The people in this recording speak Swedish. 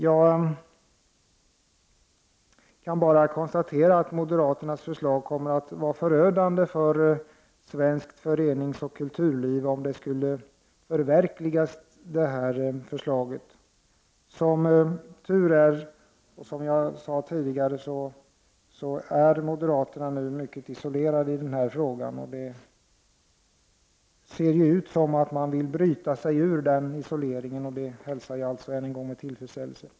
Jag kan bara konstatera att moderaternas förslag kommer att vara förödande för svenskt föreningsoch kulturliv om det skulle förverkligas. Som tur är, som jag sade tidigare, är moderaterna mycket isolerade i denna fråga. Det ser nu ut som om de vill bryta sig ur den isoleringen, och det hälsar jag än en gång med tillfredsställelse.